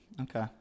Okay